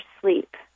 sleep